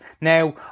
Now